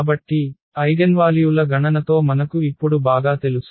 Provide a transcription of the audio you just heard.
కాబట్టి ఐగెన్వాల్యూల గణనతో మనకు ఇప్పుడు బాగా తెలుసు